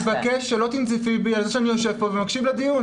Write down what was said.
אני מבקש שלא תנזפי בי על זה שאני יושב כאן ומקשיב לדיון.